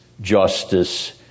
justice